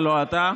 ולא אתה.